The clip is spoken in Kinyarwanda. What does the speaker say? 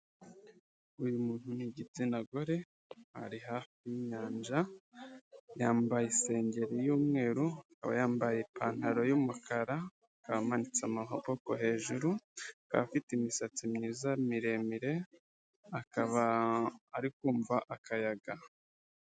Uyu muntu ni igitsina gore, ari hafi y'inyanja yambaye isengeri y'umweru, aba yambaye ipantaro y'umukara akaba amanitse amaboko hejuru, akaba afite imisatsi myiza miremire akaba ari kumva akayaga.